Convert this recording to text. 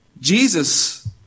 Jesus